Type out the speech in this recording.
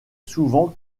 souvent